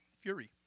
fury